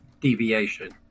deviation